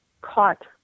caught